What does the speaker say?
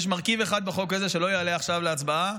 יש מרכיב אחד בחוק הזה שלא יעלה עכשיו להצבעה,